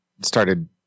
started